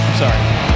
sorry